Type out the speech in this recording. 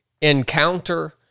encounter